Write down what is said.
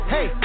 Hey